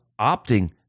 opting